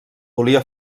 volia